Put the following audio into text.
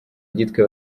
gitwe